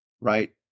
right